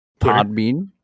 Podbean